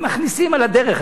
ומכניסים על הדרך.